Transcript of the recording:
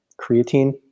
creatine